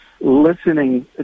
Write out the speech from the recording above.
listening